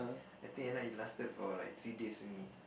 I think it end up it lasted for like three days only